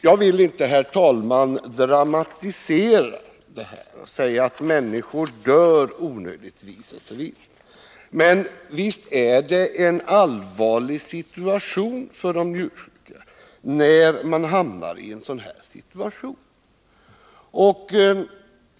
Jag vill inte, herr talman, dramatisera detta och säga att människor dör onödigtvis osv., men visst är det allvarligt för de njursjuka när de hamnar i en sådan här situation.